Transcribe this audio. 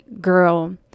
girl